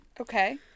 Okay